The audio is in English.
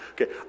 Okay